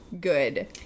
good